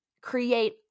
create